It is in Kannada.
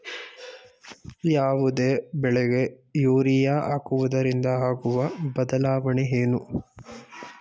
ಯಾವುದೇ ಬೆಳೆಗೆ ಯೂರಿಯಾ ಹಾಕುವುದರಿಂದ ಆಗುವ ಬದಲಾವಣೆ ಏನು?